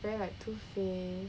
very like two face